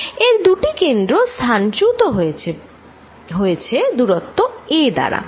এর দুটি কেন্দ্র স্থানচ্যুত হয়েছে দূরত্ব a দ্বারা